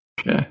Okay